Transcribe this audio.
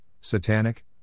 satanic